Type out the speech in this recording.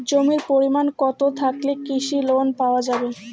জমির পরিমাণ কতো থাকলে কৃষি লোন পাওয়া যাবে?